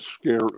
scare